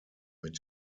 mit